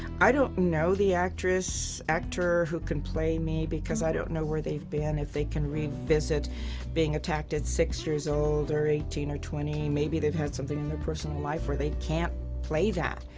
i don't know the actress, actor, who could play me because i don't know where they've been, if they can revisit being attacked at six years old or eighteen or twenty maybe they've had something in their personal life where they can't play that.